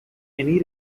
any